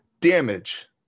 damage